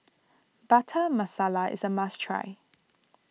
Butter Masala is a must try